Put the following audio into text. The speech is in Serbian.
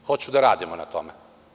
Hoću da radimo na tome.